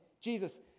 Jesus